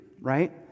right